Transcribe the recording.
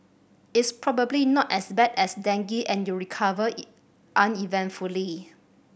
it's probably not as bad as dengue and you recover uneventfully